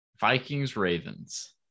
Vikings-Ravens